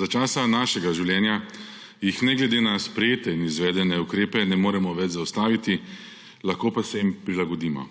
Za časa našega življenja jih ne glede na sprejete in izvedene ukrepe ne moremo več zaustaviti, lahko pa se jim prilagodimo.